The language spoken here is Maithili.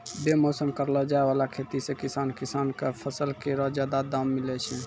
बेमौसम करलो जाय वाला खेती सें किसान किसान क फसल केरो जादा दाम मिलै छै